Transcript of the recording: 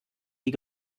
die